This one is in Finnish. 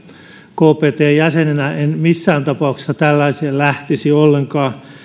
kptn jäsenenä en missään tapauksessa tällaiseen lähtisi ollenkaan